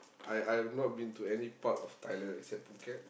I I have not been to any part of Thailand except Phuket